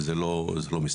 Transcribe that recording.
וזה לא מסתיים.